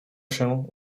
się